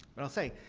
but, i'll say,